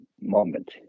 moment